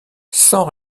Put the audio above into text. sans